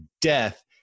death